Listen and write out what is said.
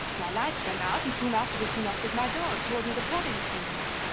my lights went out and soon afterwards he knocked at my door and told me the porter had sent him up.